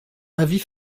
avis